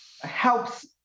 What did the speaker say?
helps